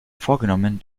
vorgenommen